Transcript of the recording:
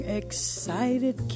excited